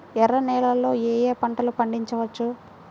ఎర్ర నేలలలో ఏయే పంటలు పండించవచ్చు?